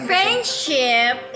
Friendship